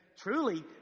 truly